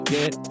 Get